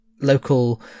local